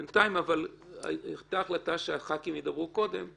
בינתיים, אבל הייתה החלטה שח"כים ידברו קודם.